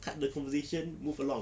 cut the conversation move along